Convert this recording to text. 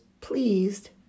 pleased